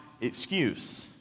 excuse